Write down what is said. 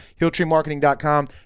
Hilltreemarketing.com